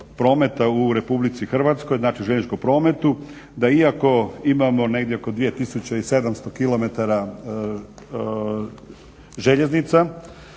prometa u RH, znači željezničkom prometu, da iako imamo negdje oko 2700km željeznica